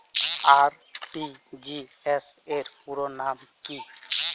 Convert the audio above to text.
RTGS র পুরো নাম কি?